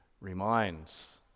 reminds